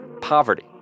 poverty